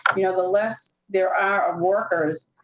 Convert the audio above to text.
you know, the less there are of workers,